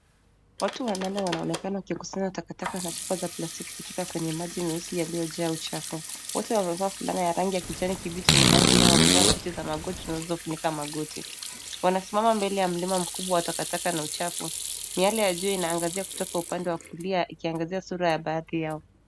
Watu wanane wanaonekana wakikusanya takataka na chupa za plastiki kutoka kwenye maji meusi yaliyojaa uchafu. Wote wamevaa fulana ya rangi ya kijani kibichi na baadhi yao wamevaa buti za magoti na zinazofunika magoti. Wanasimama mbele ya mlima mkubwa wa takataka na uchafu. Miale ya juu inaangazia kutoka upande wa kulia ikiangazia sura ya baadhi yao.